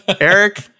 Eric